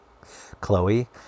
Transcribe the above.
Chloe